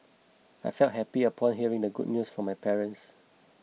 I felt happy upon hearing the good news from my parents